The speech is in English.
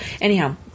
Anyhow